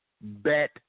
bet